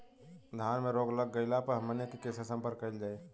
धान में रोग लग गईला पर हमनी के से संपर्क कईल जाई?